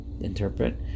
interpret